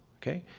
okay?